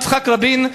יצחק רבין,